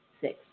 Six